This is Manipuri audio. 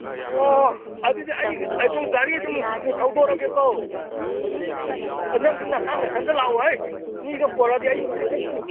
ꯑꯣ ꯑꯗꯨꯗꯤ ꯑꯩ ꯑꯗꯨꯝ ꯒꯥꯔꯤ ꯑꯗꯨꯝ ꯊꯧꯗꯣꯔꯛꯑꯒꯦꯀꯣ ꯑꯣ ꯅꯪꯁꯨ ꯅꯁꯥ ꯅꯟꯊꯟꯇ ꯂꯥꯛꯎꯍꯩ ꯃꯤꯁꯨ ꯄꯣꯔꯛꯑꯗꯤ ꯑꯩꯁꯨ ꯇꯜꯂꯤꯍꯩ